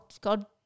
god